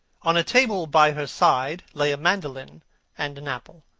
on a table by her side lay a mandolin and an apple.